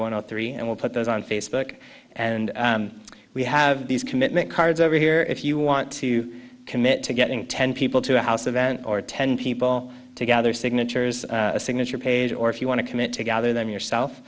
want three and we'll put those on facebook and we have these commitment cards over here if you want to commit to getting ten people to a house event or ten people to gather signatures a signature page or if you want to commit to gather them yourself